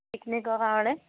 পিকনিকৰ কাৰণে